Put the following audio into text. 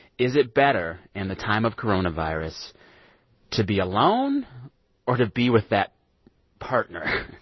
is it better in the time of coronavirus to be alone or to be with that partner?